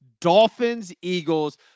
Dolphins-Eagles